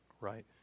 Right